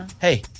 Hey